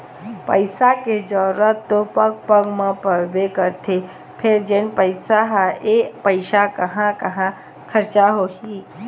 पइसा के जरूरत तो पग पग म परबे करथे फेर जेन पइसा हे ओ पइसा कहाँ कहाँ खरचा होही